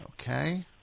Okay